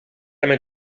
della